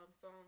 song